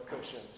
cushions